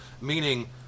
meaning